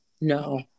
No